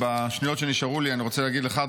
בשניות שנשארו לי אני רוצה להגיד לך,